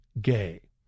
gay